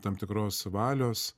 tam tikros valios